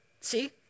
See